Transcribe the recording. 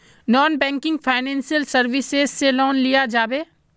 Non banking financial services से loan लिया जाबे?